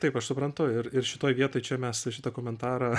taip aš suprantu ir ir šitoj vietoj čia mes šitą komentarą